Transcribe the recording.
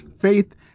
Faith